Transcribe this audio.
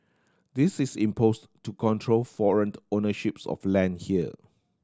this is imposed to control foreign ownership of land here